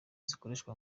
zikoreshwa